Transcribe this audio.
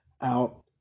out